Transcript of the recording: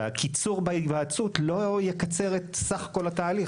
והקיצור בהיוועצות לא יקצר את סך כל התהליך,